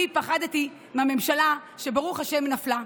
אני פחדתי מהממשלה, וברוך השם נפלה.